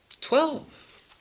Twelve